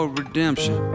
redemption